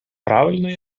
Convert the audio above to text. правильно